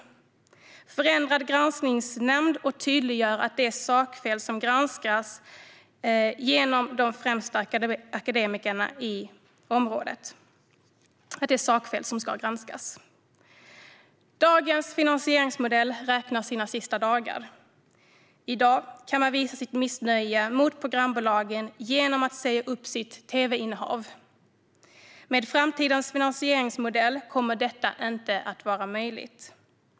Vi vill ha en förändrad granskningsnämnd och tydliggöra att det är sakfel som ska granskas genom de främsta akademikerna på området. Dagens finansieringsmodell räknar sina sista dagar. I dag kan man visa sitt missnöje med programbolagen genom att säga upp sitt tv-innehav. Med framtidens finansieringsmodell kommer detta inte att vara möjligt.